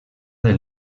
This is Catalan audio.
del